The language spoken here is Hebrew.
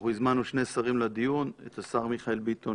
אנחנו הזמנו שני שרים לדיון, את השר מיכאל ביטון